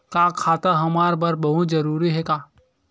का खाता हमर बर बहुत जरूरी हे का?